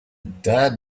dad